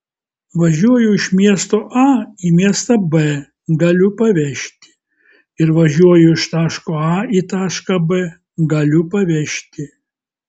važiuoju iš miesto a į miestą b galiu pavežti ir važiuoju iš taško a į tašką b galiu pavežti